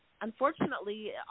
unfortunately